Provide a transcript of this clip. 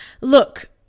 look